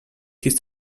his